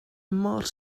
mor